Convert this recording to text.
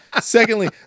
Secondly